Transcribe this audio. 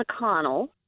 McConnell